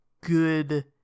good